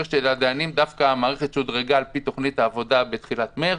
הרשת של הדיינים דווקא שודרגה על-פי תוכנית העבודה בתחילת מרץ.